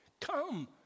Come